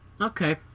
okay